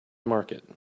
market